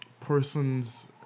persons